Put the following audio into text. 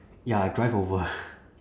ya I drive over